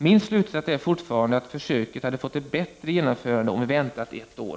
Min slutsats är fortfarande att försöket hade fått ett bättre genomförande om vi väntat ett år.